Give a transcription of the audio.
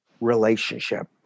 relationship